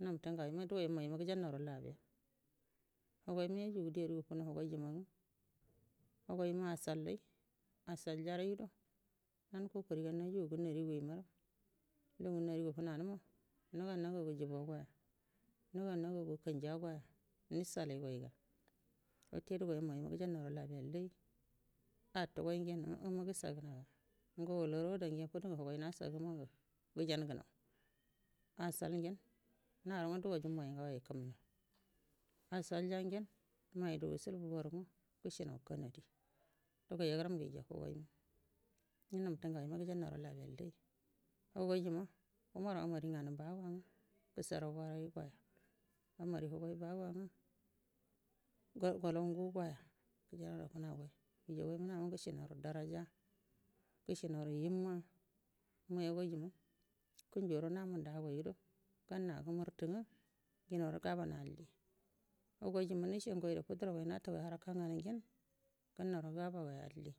nga nabrə ngagoi ma dugaiju mayima gujannauru labiya hugaima yajugudu yarigu funu hugai ima nga hugaima ashalla ashalyaraido nan kokoriga najugu narigu imar lungu harigu funanuma nugagu jubogoya nuga nagagu kənja goya nushalaigaiga wut maima gujannau labiyallai atugai ngenə um um ma gəshagunauya ngo walauru ada ngenə fudungu hugai nashagu mangu gujanguu au asal ngenə naru nga dugai mai ngagai yeji kum nau ashalya ngenə maidu wushilbu waru nga gəshinau kanadi dugai yagəram ngu rjafugaima umar amari nganu baguwa nga gugarawai goya amari hugai baguwa ngə golau ngu goya gujinanau funagai wujagaima hau nga gəshinaru darajaa gəshinauru himma moiyagai jima kənjiyadan namundu ago ngudo ganhawagu murtu nga ginauru gabogai alli hugoi jima hashe ngai ngu fudurandu natangai harka nganu ngen gannauru gabogoi alli.